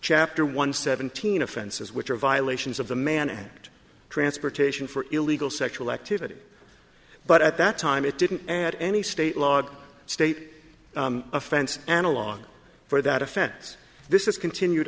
chapter one seventeen offenses which are violations of the mann act transportation for illegal sexual activity but at that time it didn't add any state log state offense analog for that offense this is continued